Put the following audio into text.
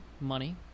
money